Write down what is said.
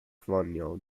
colonial